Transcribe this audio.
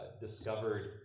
discovered